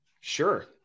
Sure